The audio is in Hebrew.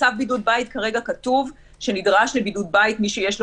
בצו בידוד בית כרגע כתוב שנדרש לבידוד בית מי שיש לו